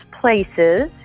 places